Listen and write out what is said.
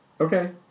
Okay